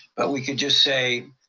but we can just say,